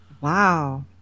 wow